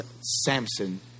Samson